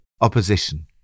opposition